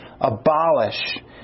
abolish